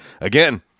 Again